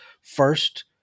First